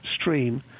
stream